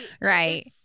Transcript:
Right